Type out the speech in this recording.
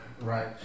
right